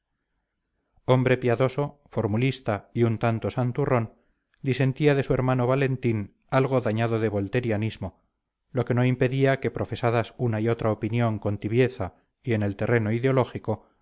hombre piadoso formulista y un tanto santurrón disentía de su hermano valentín algo dañado de volterianismo lo que no impedía que profesadas una y otra opinión con tibieza y en el terreno ideológico